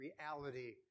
reality